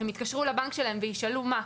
הם יתקשרו לבנק שלהם וישאלו מה?